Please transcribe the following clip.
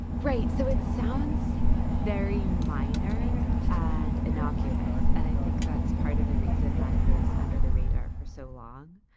right so it sounds very minor and innocuous. and i think that's part of the reason that it was under the radar for so long.